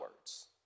words